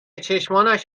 چشمانش